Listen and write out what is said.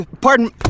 Pardon